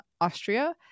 Austria